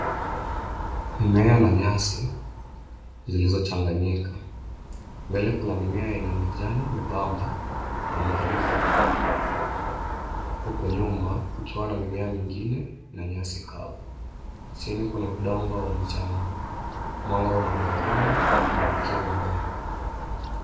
Mimea na nyasi zilizochanganyika. Mbele kuna mimea yenye majani membamba na marefu, huku nyuma kukiwa na mimea mingine na nyasi kavu. Chini kuna udongo au mchanga. Mwanga unaonekana kuangukia mimea.